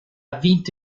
vinto